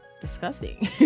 disgusting